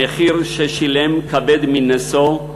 המחיר שהוא שילם כבד מנשוא,